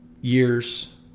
Years